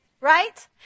Right